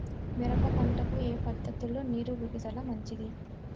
మిరప పంటకు ఏ పద్ధతిలో నీరు విడుదల మంచిది?